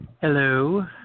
Hello